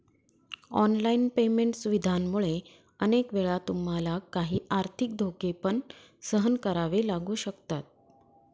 online payment सुविधांमुळे अनेक वेळा तुम्हाला काही आर्थिक धोके पण सहन करावे लागू शकतात